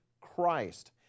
Christ